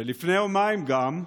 ולפני יומיים גם,